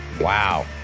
Wow